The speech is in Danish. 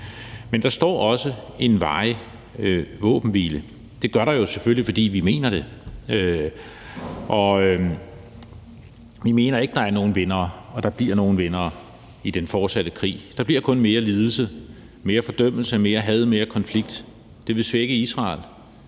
Men der står også en varig våbenhvile, og det gør der jo selvfølgelig, fordi vi mener det. Vi mener ikke, at der er nogen vindere, og at der bliver nogen vindere i den fortsatte krig. Der bliver kun mere lidelse, mere fordømmelse, mere had og mere konflikt. Det vil svække Israel,